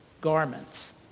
garments